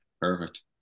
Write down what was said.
perfect